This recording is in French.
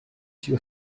sûr